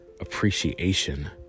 appreciation